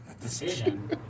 decision